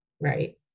right